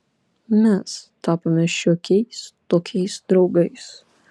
mes tapome šiokiais tokiais draugais